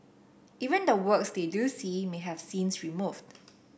even the works they do see may have scenes removed